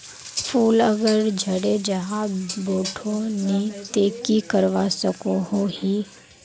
फूल अगर झरे जहा बोठो नी ते की करवा सकोहो ही?